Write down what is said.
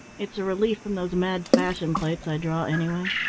it's a relief from those mad fashion plates i draw, anyway.